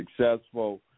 successful